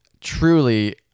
truly